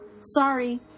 sorry